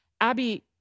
Abby